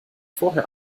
vorher